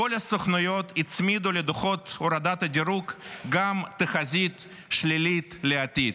שכל הסוכנויות הצמידו לדוחות הורדת הדירוג גם תחזית שלילית לעתיד.